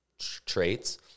traits